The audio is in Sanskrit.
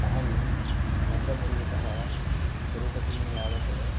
अहं मद्रपुरीतः तिरुपतिं यावत्